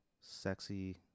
sexy